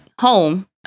home